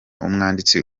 umwanditsi